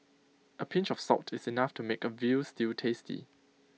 A pinch of salt is enough to make A Veal Stew tasty